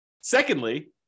secondly